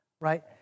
right